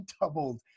doubled